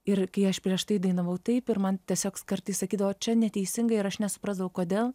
ir kai aš prieš tai dainavau taip ir man tiesiog kartais sakydavo čia neteisingai ir aš nesupratau kodėl